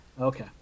Okay